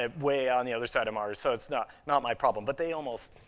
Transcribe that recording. ah way on the other side of mars, so it's not not my problem, but they almost